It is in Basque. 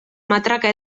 matraka